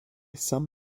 some